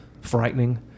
frightening